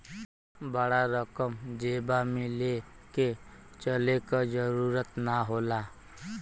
बड़ा रकम जेबा मे ले के चले क जरूरत ना होला